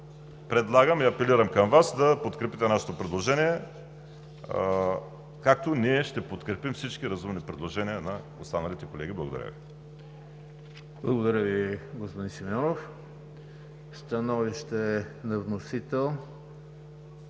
Предлагам и апелирам към Вас да подкрепите нашето предложение, както ние ще подкрепим всички разумни предложения на останалите колеги. Благодаря Ви. ПРЕДСЕДАТЕЛ ЕМИЛ ХРИСТОВ: Благодаря Ви, господин Симеонов. Становище на вносител